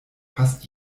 fast